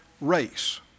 race